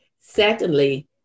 Secondly